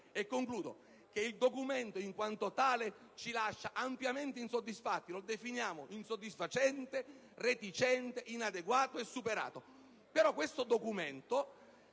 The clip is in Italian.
e concludo, che il documento in quanto tale ci lascia ampiamente insoddisfatti. Lo definiamo insoddisfacente, reticente, inadeguato e superato; però, lo riteniamo